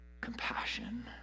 compassion